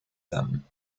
them